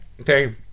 Okay